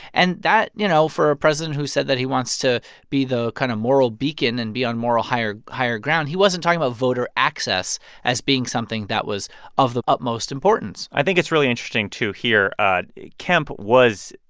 and that, you know, for a president who said that he wants to be the kind of moral beacon and be on moral higher higher ground he wasn't talking about voter access as being something that was of the utmost importance i think it's really interesting, too, here ah kemp was,